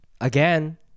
again